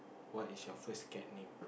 what is your first cat name